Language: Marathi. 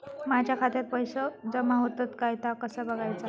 माझ्या खात्यात पैसो जमा होतत काय ता कसा बगायचा?